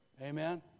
Amen